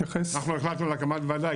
אנחנו החלטנו על הקמת ועדה.